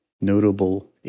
notable